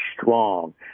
strong